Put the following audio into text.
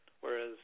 Whereas